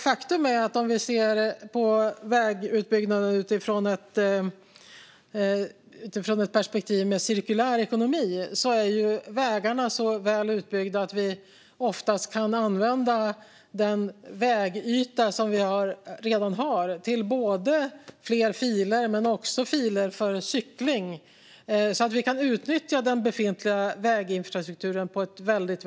Faktum är att om vi ser på vägutbyggnaden utifrån ett perspektiv med cirkulär ekonomi ser vi att vägarna är så väl utbyggda att vi oftast kan använda den vägyta vi redan har till fler filer men också filer för cykling, så att vi kan utnyttja den befintliga väginfrastrukturen på ett bra sätt.